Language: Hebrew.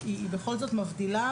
היא בכל זאת מבדילה,